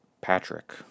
Patrick